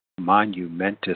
monumentous